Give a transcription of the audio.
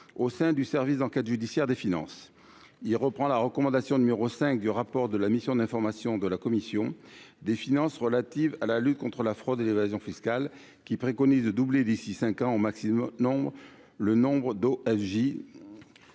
au sein du service d'enquêtes judiciaires des finances, il reprend la recommandation numéro 5 du rapport de la mission d'information de la commission des Finances relative à la lutte contre la fraude et l'évasion fiscale, qui préconise de doubler d'ici 5 ans au maximum non, le nombre d'eau